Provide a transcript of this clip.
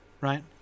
right